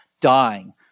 dying